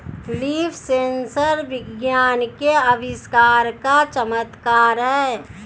leaf sensor विज्ञान के आविष्कार का चमत्कार है